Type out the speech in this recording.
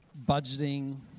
budgeting